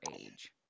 age